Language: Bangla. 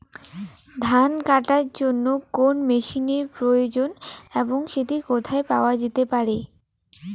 ধান কাটার জন্য কোন মেশিনের প্রয়োজন এবং সেটি কোথায় পাওয়া যেতে পারে?